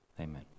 Amen